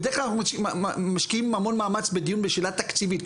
בדרך כלל אנחנו משקיעים המון מאמץ בדיון בשאלה תקציבית,